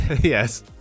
Yes